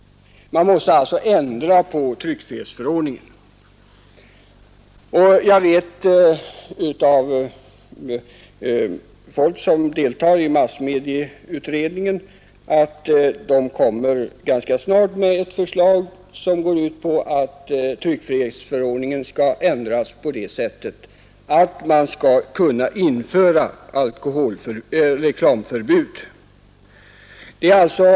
Man måste alltså ändra på den. Enligt uppgift kommer massmediautredningen ganska snart att framlägga ett förslag som går ut på att tryckfrihetsförordningen skall ändras så att man kan införa reklamförbud för alkohol.